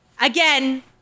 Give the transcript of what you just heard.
again